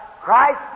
Christ